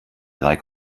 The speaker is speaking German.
drei